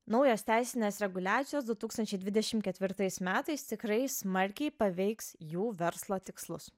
naujos teisinės reguliacijos du tūkstančiai dvidešim ketvirtais metais tikrai smarkiai paveiks jų verslo tikslus